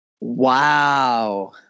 Wow